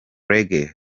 reggae